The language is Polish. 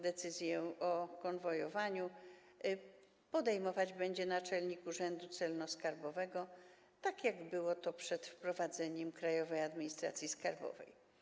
Decyzję o konwojowaniu podejmować będzie naczelnik urzędu celno-skarbowego, tak jak to było przed wprowadzeniem Krajowej Administracji Skarbowej.